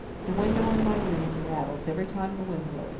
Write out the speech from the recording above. the window in my room rattles every time the wind blows.